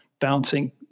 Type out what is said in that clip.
bouncing